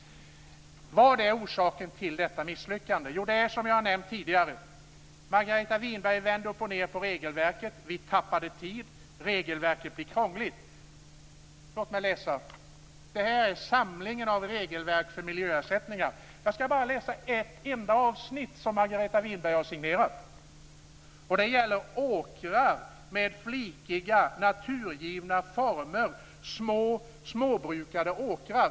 Vad är orsaken till detta misslyckande? Jo, det är det som jag har nämnt tidigare. Margareta Winberg vände upp och ned på regelverket. Vi tappade tid. Regelverket blev krångligt. Låt mig läsa en sak. Här har jag samlingen av regelverk för miljöersättningar. Jag ska bara läsa ett enda avsnitt som Margareta Winberg har signerat. Det gäller åkrar med flikiga naturgivna former, små svårbrukade åkrar.